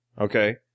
okay